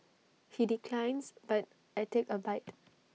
he declines but I take A bite